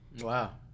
Wow